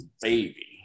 baby